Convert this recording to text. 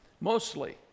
mostly